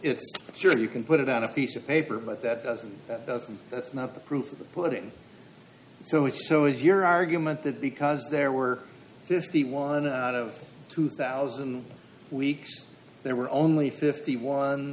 it sure you can put it on a piece of paper but that doesn't that doesn't that's not the proof of the putting so it's so is your argument that because there were fifty one out of two thousand weeks there were only fifty one